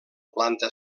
planta